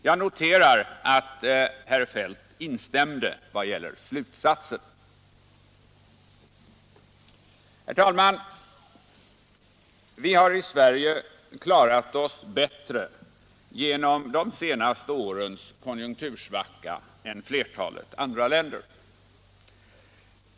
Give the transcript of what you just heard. Jag noterar att herr Feldt instämde vad gällde slutsatsen. Herr talman! Vi har i Sverige klarat oss bättre genom de senaste årens konjunktursvacka än flertalet andra länder.